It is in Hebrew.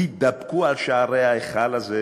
התדפקו על שערי ההיכל הזה,